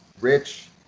Rich